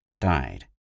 died